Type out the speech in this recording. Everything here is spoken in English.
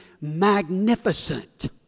magnificent